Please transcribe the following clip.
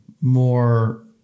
more